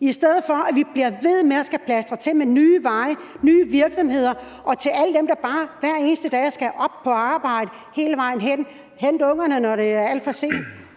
Lad os i stedet for at blive ved med at skulle plastre landet til med nye veje og nye virksomheder til alle dem, der bare hver eneste dag skal op på arbejde og hele vejen hen og hente ungerne, når det er alt for sent,